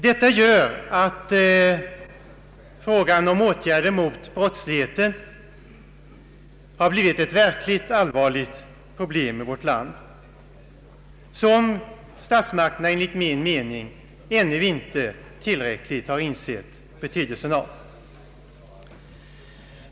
Detta gör att frågan om åtgärder mot brottsligheten har blivit ett verkligt allvarligt problem i vårt land; ett problem som statsmakterna enligt min mening ännu inte tillräckligt insett betydelsen av.